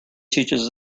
teaches